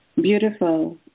beautiful